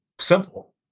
simple